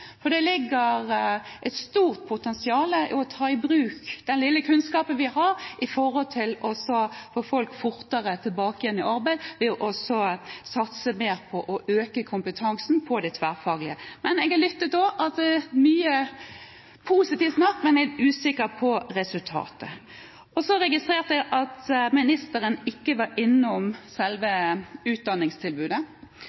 for det ligger et stort potensial i å ta i bruk den lille kunnskapen vi har, med tanke på å få folk fortere tilbake igjen i arbeid ved å satse mer på å øke kompetansen på det tverrfaglige. Jeg har lyttet, og det er mye positivt snakk, men er usikker på resultatet. Jeg registrerte at ministeren ikke var innom selve utdanningstilbudet.